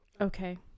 Okay